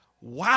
Wow